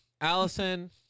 Allison